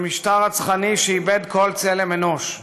של משטר רצחני שאיבד כל צלם אנוש.